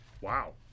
Wow